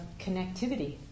connectivity